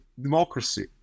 democracy